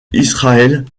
israel